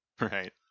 Right